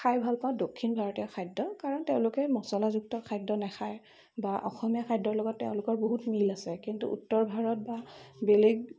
খাই ভাল পাওঁ দক্ষিণ ভাৰতীয় খাদ্য কাৰণ তেওঁলোকে মচলাযুক্ত খাদ্য নেখায় বা অসমীয়া খাদ্যৰ লগত তেওঁলোকৰ বহুত মিল আছে কিন্তু উত্তৰ ভাৰত বা বেলেগ